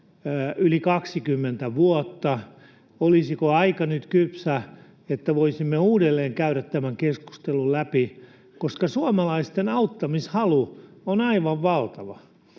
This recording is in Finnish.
yli 20 vuotta. Olisiko aika nyt kypsä siihen, että voisimme uudelleen käydä tämän keskustelun läpi? Suomalaisten auttamishalu on aivan valtava.